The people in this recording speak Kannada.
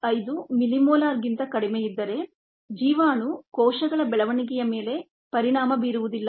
5 ಮಿಲಿಮೋಲರ್ ಗಿಂತ ಕಡಿಮೆಯಿದ್ದರೆ ಜೀವಾಣುಟಾಕ್ಸಿನ್ ಕೋಶಗಳ ಬೆಳವಣಿಗೆಯ ಮೇಲೆ ಪರಿಣಾಮ ಬೀರುವುದಿಲ್ಲ